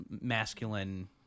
masculine